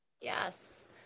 Yes